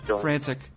frantic